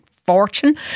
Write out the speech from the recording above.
fortune